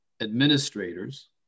administrators